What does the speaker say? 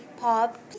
pop